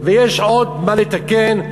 יש עוד מה לתקן,